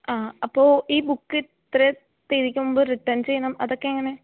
ആ അപ്പോൾ ഈ ബുക്ക് ഇത്രയും തിരിക്കുമ്പോൾ റിട്ടേൺ ചെയ്യണം അതൊക്കെ എങ്ങനെ